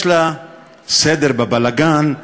יש לה סדר בבלגן,